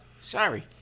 sorry